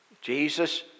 Jesus